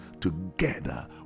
together